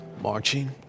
Marching